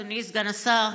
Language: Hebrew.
אדוני סגן השר,